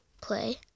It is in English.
play